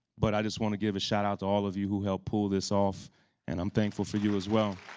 but i just want to give a shout out to all of you who helped pull this off and i'm thankful for you as well.